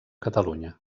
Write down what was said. catalunya